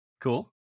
cool